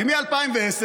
מ-2010,